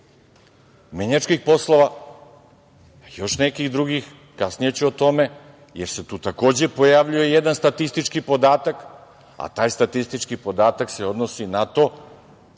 menjačkih poslova, još nekih drugih, kasnije ću o tome, jer se tu takođe pojavljuje jedan statistički podatak a taj statistički podatak se odnosi na to